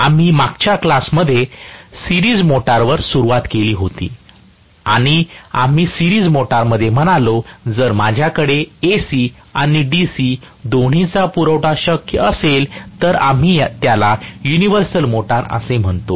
आम्ही मागच्या क्लास मध्ये सिरीज मोटारवर सुरुवात केली होती आणि आम्ही सिरीज मोटरमध्ये म्हणालो जर माझ्याकडे AC आणि DC दोन्हीचा पुरवठा शक्य असेल तर आम्ही त्याला युनिव्हर्सल मोटर असे म्हणतो